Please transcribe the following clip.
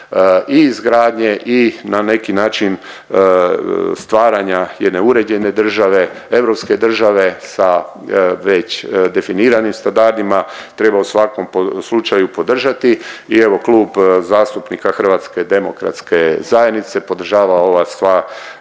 i izgradnje i na neki način stvaranja jedne uređene države, europske države sa već definiranim standardima, treba u svakom slučaju podržati i evo Klub zastupnika HDZ-a podržava ova sva